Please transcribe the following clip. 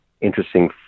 interesting